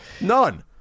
None